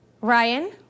Ryan